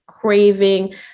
craving